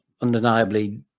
undeniably